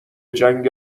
جنگ